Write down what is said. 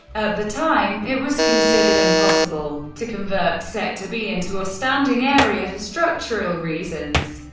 at the time, it was considered impossible to convert sector b into a standing area, for structural reasons.